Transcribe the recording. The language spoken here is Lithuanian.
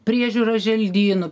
priežiūra želdynų